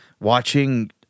watching